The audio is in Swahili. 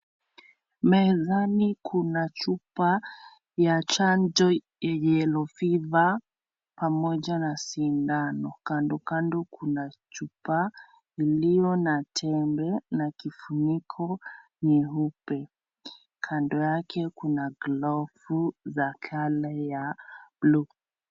Mezani kuna chupa ya chanjo yellow fever pamoja na sindano. Kando kando kuna chupa ilio na tembe na kifuniko nyeupe. Kando yake kuna glovu za (CS)colour(CS) ya bluu.